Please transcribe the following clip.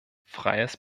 freies